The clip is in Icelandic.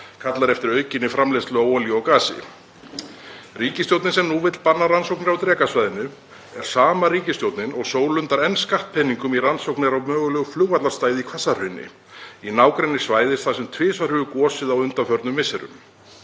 kallar eftir aukinni framleiðslu á olíu og gasi. Ríkisstjórnin sem nú vill banna rannsóknir á Drekasvæðinu er sama ríkisstjórnin og sólundar enn skattpeningum í rannsóknir á mögulegu flugvallarstæði í Hvassahrauni, í nágrenni svæðis þar sem tvisvar hefur gosið á undanförnum misserum.